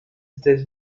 états